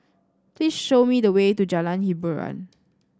please show me the way to Jalan Hiboran